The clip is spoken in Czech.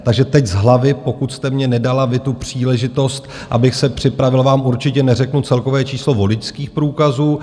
Takže teď z hlavy, pokud jste mně nedala vy tu příležitost, abych se připravil, vám určitě neřeknu celkové číslo voličských průkazů.